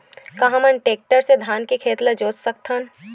का हमन टेक्टर से धान के खेत ल जोत सकथन?